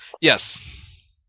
Yes